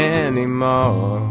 anymore